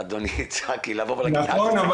נכון,